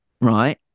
right